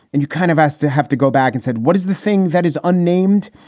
and you kind of ask to have to go back and said, what is the thing that is unnamed?